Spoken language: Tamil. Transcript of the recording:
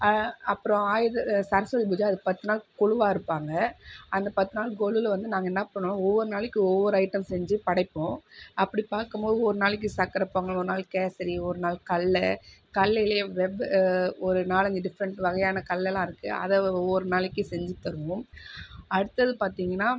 அ அப்புறம் ஆயுத சரஸ்வதி பூஜை அது பத்து நாள் கொலுவாக இருப்பாங்க அந்த பத்து நாள் கொலுவில வந்து நாங்கள் என்ன பண்ணுவோம்னா ஒவ்வொரு நாளைக்கு ஒவ்வொரு ஐட்டம்ஸ் செஞ்சு படைப்போம் அப்படி பார்க்கும் போது ஒரு நாளைக்கு சக்கரை பொங்கல் ஒரு நாளைக்கு கேசரி ஒரு நாளு கல்லை கல்லேலயே வெவ் ஒரு நாலஞ்சு டிஃப்ரண்ட் வகையான கல்லலாம் இருக்கு அதை ஒவ்வொரு நாளைக்கு செஞ்சு தருவோம் அடுத்தது பார்த்தீங்கனா